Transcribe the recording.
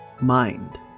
Mind